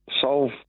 solve